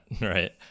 right